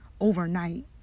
overnight